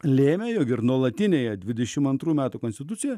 lėmė jog ir nuolatinėje dvidešim antrų metų konstitucijoje